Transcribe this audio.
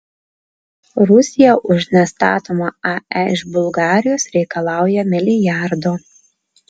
rusija už nestatomą ae iš bulgarijos reikalauja milijardo